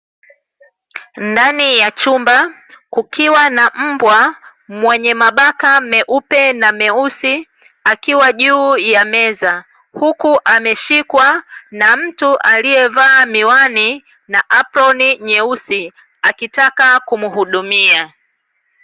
Ndani ya chumba kukiwa na mbwa mwenye mabaka meupe na meusi, akiwa juu ya meza, huku ameshikwa na mtu aliyevaa miwani na aproni nyeusi, akitaka kumuhudumia.